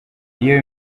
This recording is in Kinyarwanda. iyo